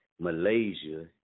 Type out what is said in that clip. Malaysia